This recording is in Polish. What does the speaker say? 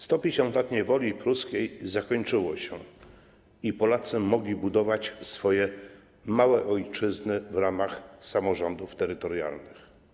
150 lat niewoli pruskiej zakończyło się i Polacy mogli budować swoje małe ojczyzny w ramach samorządów terytorialnych.